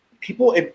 people